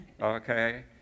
Okay